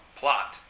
plot